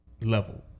level